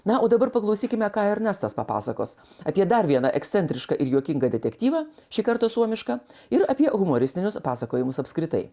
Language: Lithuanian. na o dabar paklausykime ką ernestas papasakos apie dar vieną ekscentrišką ir juokingą detektyvą šį kartą suomišką ir apie humoristinius pasakojimus apskritai